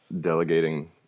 delegating